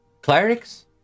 clerics